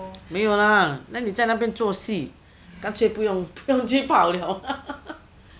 没有啦那你在那边做戏干脆不用去跑了啊